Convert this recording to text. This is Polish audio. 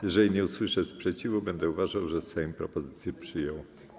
Jeżeli nie usłyszę sprzeciwu, będę uważał, że Sejm propozycję przyjął.